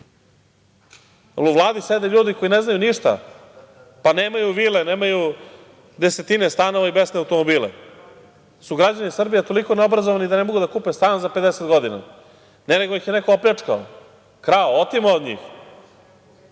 u Vladi sede ljudi koji ne znaju ništa, pa nemaju vile, desetine stanova i besne automobile? Da li su građani Srbije toliko neobrazovani da ne mogu da kupe stan za 50 godina? Ne, nego ih je neko opljačkao, krao, otimao od njih.